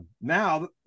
now